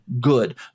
good